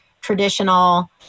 traditional